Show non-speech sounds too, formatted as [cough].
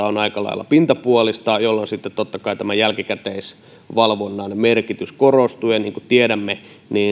[unintelligible] on aika lailla pintapuolista jolloin sitten totta kai tämän jälkikäteisvalvonnan merkitys korostuu niin kuin tiedämme